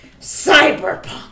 Cyberpunk